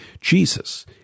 Jesus